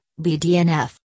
BDNF